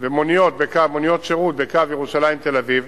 ומוניות השירות בקו ירושלים תל-אביב,